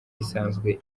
isanzwe